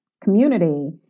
community